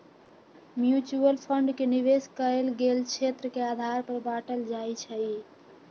mutual fund के निवेश कएल गेल क्षेत्र के आधार पर बाटल जाइ छइ